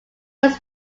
was